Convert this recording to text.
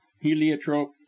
heliotrope